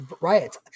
riots